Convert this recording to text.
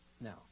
now